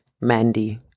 mandy